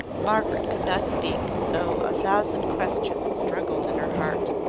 margaret could not speak, though a thousand questions struggled in her heart.